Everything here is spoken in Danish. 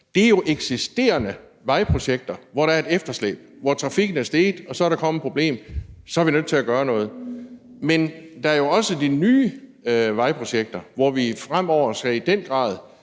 Det er jo eksisterende vejprojekter, hvor der er et efterslæb – hvor trafikken er steget og der er kommet et problem og vi så er nødt til at gøre noget. Men der er jo også de nye vejprojekter, hvor vi fremover i den grad